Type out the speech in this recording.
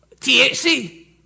THC